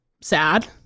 sad